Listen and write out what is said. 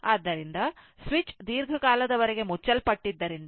ಆದ್ದರಿಂದ ಸ್ವಿಚ್ ದೀರ್ಘಕಾಲದವರೆಗೆ ಮುಚ್ಚಲ್ಪಟ್ಟಿದ್ದರಿಂದ